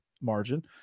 margin